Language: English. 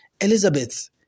Elizabeth